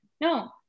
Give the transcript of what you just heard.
no